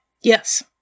Yes